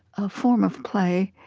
a form of play.